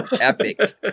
epic